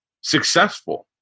successful